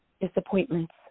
Disappointments